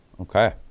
okay